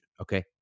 okay